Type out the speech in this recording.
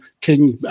King